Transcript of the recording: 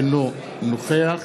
אינו נוכח